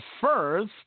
first